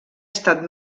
estat